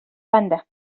banda